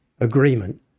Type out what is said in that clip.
Agreement